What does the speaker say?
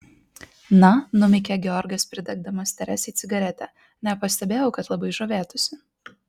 na numykė georgas pridegdamas teresei cigaretę nepastebėjau kad labai žavėtųsi